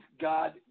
God